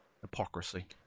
hypocrisy